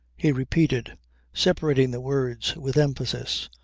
he repeated separating the words with emphasis.